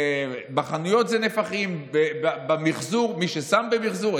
בחנויות זה נפחים, במחזור, מי ששם במחזור.